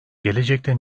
gelecekte